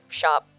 shop